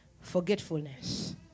forgetfulness